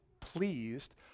pleased